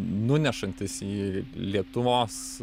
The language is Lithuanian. nunešantis į lietuvos